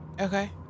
Okay